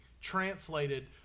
translated